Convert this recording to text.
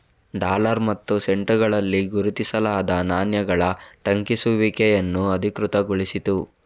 dollar ಮತ್ತು ಸೆಂಟುಗಳಲ್ಲಿ ಗುರುತಿಸಲಾದ ನಾಣ್ಯಗಳ ಟಂಕಿಸುವಿಕೆಯನ್ನು ಅಧಿಕೃತಗೊಳಿಸಿತು